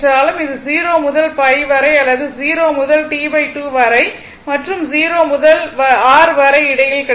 இது 0 முதல் π வரை அல்லது 0 முதல் T2 வரை மற்றும் 0 முதல் r வரை இடையில் கிடைக்கும்